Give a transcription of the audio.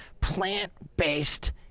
plant-based